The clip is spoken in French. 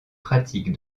pratique